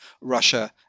Russia